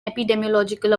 epidemiological